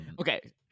okay